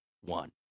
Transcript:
one